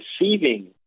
receiving